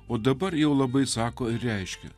o dabar jau labai sako ir reiškia